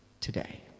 today